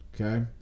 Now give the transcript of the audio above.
okay